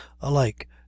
alike